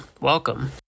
Welcome